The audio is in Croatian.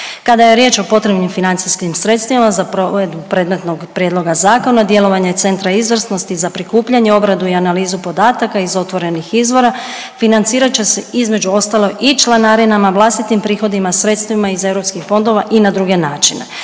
Kada je riječ o potrebnim financijskim sredstvima za provedbu predmetnog prijedloga zakona, djelovanje Centra izvrsnosti za prikupljanje, obradu i analizu podataka iz otvorenih izvora financirat će se, između ostalog i članarinama, vlastitim prihodima, sredstvima iz EU fondova i na druge načine,